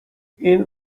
این